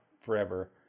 forever